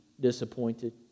disappointed